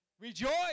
rejoice